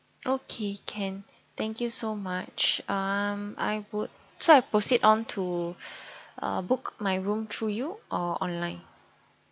okay can thank you so much um I would so I proceed on to uh book my room through you or online